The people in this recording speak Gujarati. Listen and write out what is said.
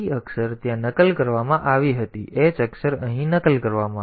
તેથી t અક્ષર ત્યાં નકલ કરવામાં આવી હતી h અક્ષર અહીં નકલ કરવામાં આવશે